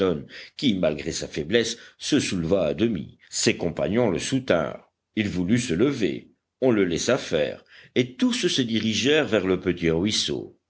qui malgré sa faiblesse se souleva à demi ses compagnons le soutinrent il voulut se lever on le laissa faire et tous se dirigèrent vers le petit ruisseau